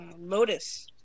Lotus